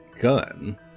gun